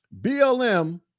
BLM